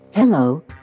Hello